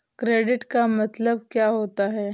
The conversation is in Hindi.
क्रेडिट का मतलब क्या होता है?